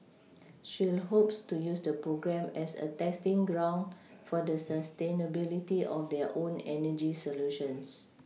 shell hopes to use the program as a testing ground for the sustainability of their own energy solutions